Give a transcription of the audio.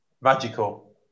Magical